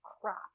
Crap